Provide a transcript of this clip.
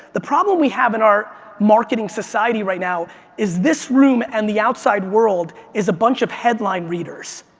the problem we have in our marketing society right now is this room and the outside world is a bunch of headline readers.